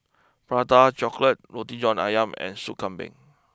Prata chocolate Roti John Ayam and Soup Kambing